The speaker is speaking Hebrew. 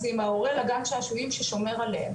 זה עם ההורה לגן שעשועים ששומר עליהם